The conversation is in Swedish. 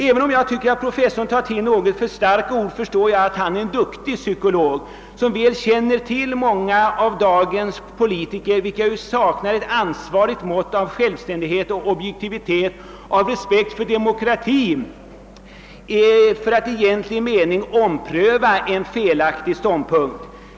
Även om jag tycker att professorn tar till något för starka ord förstår jag att han är en duktig psykolog, som väl känner till många av dagens politiker, vilka ofta saknar det mått av ansvarskänsla, självständighet, objektivitet och respekt för demokrati som krävs för att de skall ompröva en felaktig ståndpunkt.